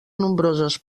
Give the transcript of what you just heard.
nombroses